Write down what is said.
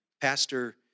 Pastor